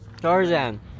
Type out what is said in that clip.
Tarzan